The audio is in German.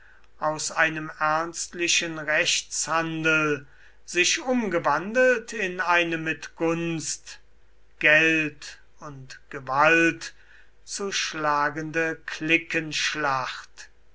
aus einem ernstlichen rechtshandel sich umgewandelt in eine mit gunst geld und gewalt zu schlagende